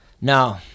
No